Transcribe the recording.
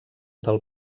del